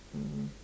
mm